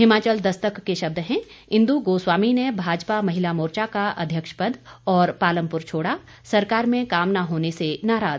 हिमाचल दस्तक के शब्द हैं इंदु गोस्वामी ने भाजपा महिला मोर्चा का अध्यक्ष पद और पालमपुर छोड़ा सरकार में काम न होने से नाराज